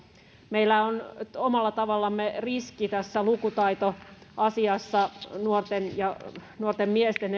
meillä on omalla tavallamme riski tässä lukutaitoasiassa nuorten ja erityisesti nuorten miesten